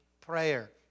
prayer